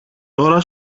τώρα